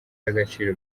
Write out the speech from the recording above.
y’agaciro